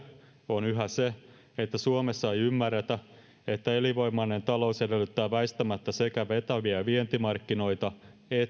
on yhä se että suomessa ei ymmärretä että elinvoimainen talous edellyttää väistämättä sekä vetäviä vientimarkkinoita että